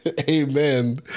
Amen